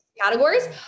categories